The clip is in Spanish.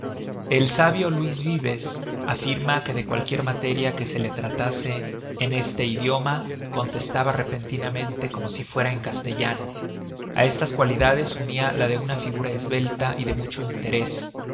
el sábio luis vives afirma que de cualquier materia que se le tratase en este idioma contestaba repentinamente como si fuera en castellano a estas cualidades unia la de una figura esbelta y de mucho interés